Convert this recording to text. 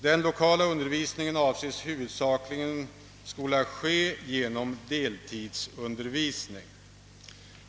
Den lokala undervisningen avses huvudsakligen skola ske genom deltidsundervisning.